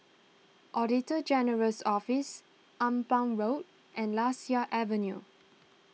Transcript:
Auditor General's Office Ampang Road and Lasia Avenue